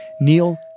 Neil